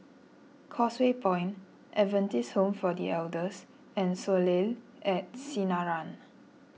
Causeway Point Adventist Home for the Elders and Soleil at Sinaran